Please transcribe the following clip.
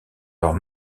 leurs